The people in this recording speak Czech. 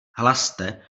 hlaste